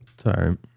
Sorry